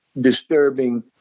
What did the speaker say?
disturbing